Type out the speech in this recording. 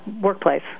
workplace